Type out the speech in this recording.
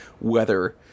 weather